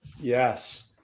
Yes